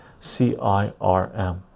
CIRM